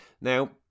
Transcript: Now